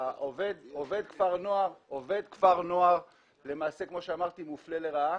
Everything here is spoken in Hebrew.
עובד כפר נוער למעשה, כמו שאמרתי, מופלה לרעה.